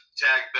tag